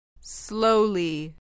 Slowly